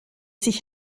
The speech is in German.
sich